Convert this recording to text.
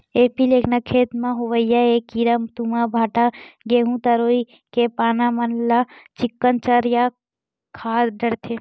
एपीलेकना खेत म होवइया ऐ कीरा तुमा, भांटा, गहूँ, तरोई आदि के पाना मन ल चिक्कन चर या खा डरथे